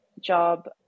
job